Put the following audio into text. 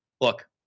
look